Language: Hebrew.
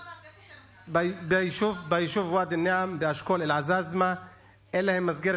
ביישוב ואדי א-נעם באשכול אל-עזאזמה אין להם מסגרת